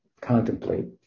contemplate